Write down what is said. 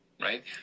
right